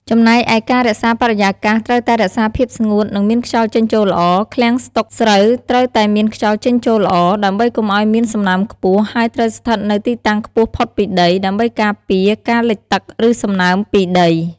ចំណែកឯការរក្សាបរិយាកាសត្រូវតែរក្សាភាពស្ងួត និងមានខ្យល់ចេញចូលល្អ ឃ្លាំងស្តុកស្រូវត្រូវតែមានខ្យល់ចេញចូលល្អ ដើម្បីកុំឲ្យមានសំណើមខ្ពស់ ហើយត្រូវស្ថិតនៅទីតាំងខ្ពស់ផុតពីដី ដើម្បីការពារការលិចទឹក ឬសំណើមពីដី។